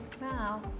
Wow